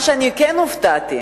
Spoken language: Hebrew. מה שכן הופתעתי,